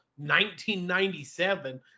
1997